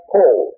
Paul